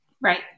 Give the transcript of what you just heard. Right